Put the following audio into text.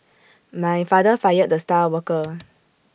my father fired the star worker